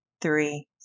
three